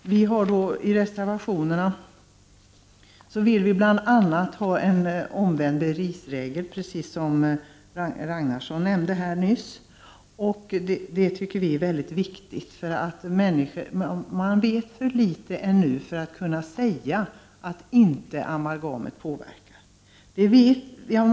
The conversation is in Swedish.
I reservationerna vill vi bl.a. ha en omvänd bevisregel, precis som Ragnarsson nämnde nyss. Det tycker vi är väldigt viktigt. Man vet alltför litet ännu för att vi skall kunna säga att amalgamet inte ger denna påverkan.